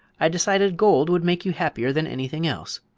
i decided gold would make you happier than anything else.